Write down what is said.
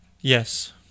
Yes